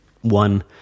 one